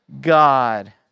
God